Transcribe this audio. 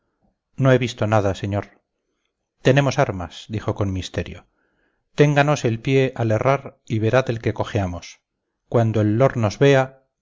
no he visto nada señor tenemos armas dijo con misterio ténganos el pie al herrar y verá del que cojeamos cuando el lordnos vea